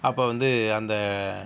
அப்போ வந்து அந்த